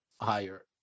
higher